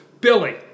Billy